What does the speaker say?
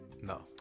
No